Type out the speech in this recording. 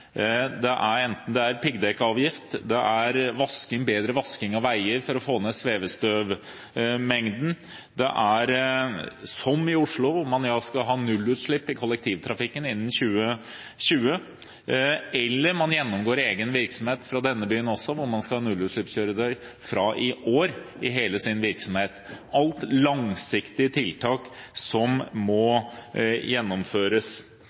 det er piggdekkavgift, det er bedre vasking av veier for å få ned svevestøvmengden, det er, som i Oslo, at man skal ha nullutslipp i kollektivtrafikken innen 2020, og man gjennomgår egen virksomhet, i denne byen også, hvor man fra i år skal ha nullutslippskjøretøy i hele sin virksomhet. Alt dette er langsiktige tiltak som må gjennomføres.